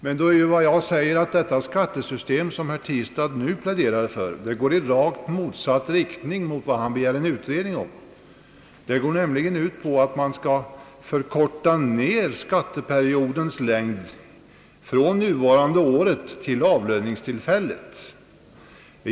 Men det system som herr Tistad nu pläderar för verkar ju i en riktning rakt motsatt vad han begär utredning om. Det går nämligen ut på att förkorta skatteperioden från innevarande år till aktuell avlöningsperiod.